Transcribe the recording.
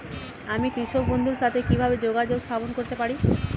আমি কৃষক বন্ধুর সাথে কিভাবে যোগাযোগ স্থাপন করতে পারি?